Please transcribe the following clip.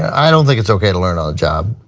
i don't think it's okay to learn on the job.